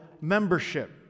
membership